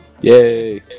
Yay